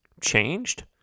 changed